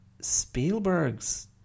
Spielberg's